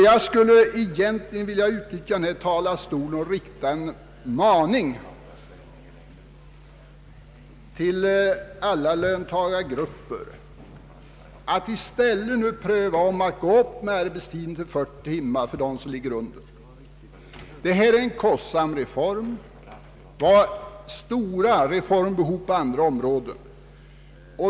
Jag skulle egentligen vilja utnyttja denna talarstol till att rikta en maning till alla löntagargrupper att i stället pröva en ökning av arbetstiden till 40 timmar för dem som ligger under. Detta är en kostsam reform och vi har stora reformbehov på andra områden.